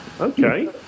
Okay